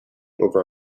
over